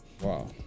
wow